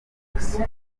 ubusa